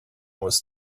was